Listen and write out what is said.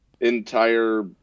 entire